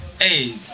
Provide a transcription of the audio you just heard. Hey